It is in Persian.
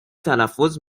تلفظ